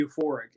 euphoric